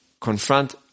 confront